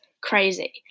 crazy